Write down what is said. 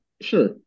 sure